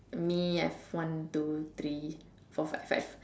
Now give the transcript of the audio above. me I have one two three four five five five